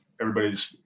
everybody's